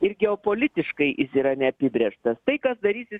ir geopolitiškai jis yra neapibrėžtas tai kas darysis